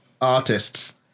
artists